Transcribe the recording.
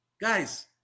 guys